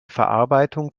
verarbeitung